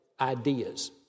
Ideas